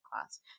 class